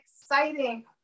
exciting